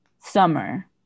summer